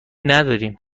نداریم